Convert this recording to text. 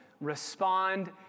respond